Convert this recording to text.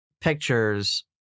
pictures